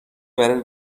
برای